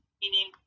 meaning